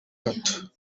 hato